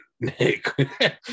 Nick